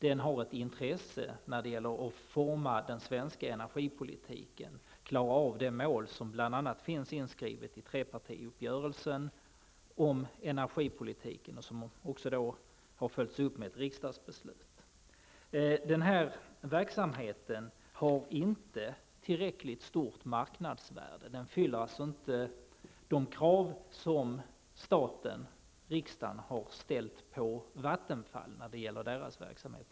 Den är av intresse när det gäller att forma den svenska energipolitiken, dvs. att klara av det mål som bl.a. finns inskrivet i trepartiuppgörelsen om energipolitiken och som också har följts upp med ett riksdagsbeslut. Den här verksamheten har inte tillräckligt stort marknadsvärde. Den uppfyller alltså inte de ägarkrav som staten, riksdagen, har ställt på Vattenfall när det gäller dess verksamhet.